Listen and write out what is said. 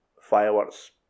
fireworks